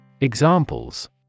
Examples